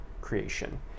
creation